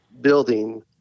building